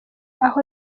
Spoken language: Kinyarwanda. aho